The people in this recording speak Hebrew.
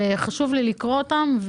חשוב לי לקרוא את הדברים שלהם.